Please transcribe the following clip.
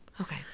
Okay